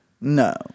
no